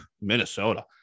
Minnesota